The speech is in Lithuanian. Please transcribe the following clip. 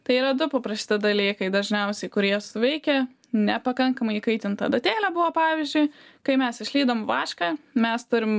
tai yra du paprasti dalykai dažniausiai kurie veikia nepakankamai įkaitinta adatėlė buvo pavyzdžiui kai mes išlydom vašką mes turim